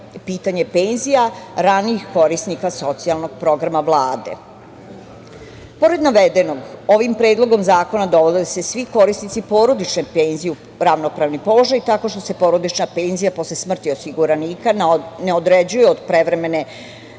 penzija ranijih korisnika socijalnog programa Vlade. Pored navedenog, ovim predlogom zakona dovode se svi korisnici porodične penzije u ravnopravni položaj, tako što se porodična penzija posle smrti osiguranika ne određuje od prevremene